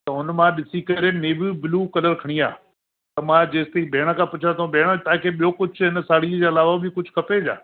त हुन मां ॾिसी करे नेवी ब्लू कलर खणी आ त मां जेसि ताई भेण खां पुछां थो भेण तव्हांखे ॿियो कुझु हुन साड़ीअ जे अलावा बि कुझु खपे छा